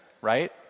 right